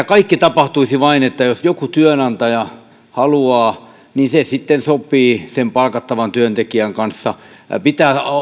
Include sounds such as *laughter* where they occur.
*unintelligible* kaikki tapahtuisi vain niin että jos joku työnantaja haluaa niin se sitten sopii sen palkattavan työntekijän kanssa pitää